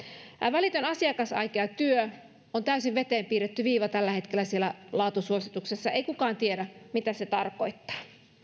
välitön asiakasaika ja työ on täysin veteen piirretty viiva tällä hetkellä laatusuosituksessa ei kukaan tiedä mitä se tarkoittaa